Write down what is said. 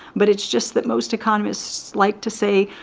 but it's just that most economists like to say,